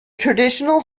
traditional